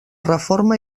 reforma